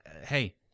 hey